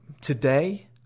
today